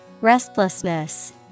Restlessness